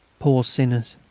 poor sinners.